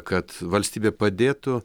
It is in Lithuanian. kad valstybė padėtų